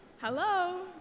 Hello